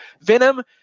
venom